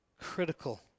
critical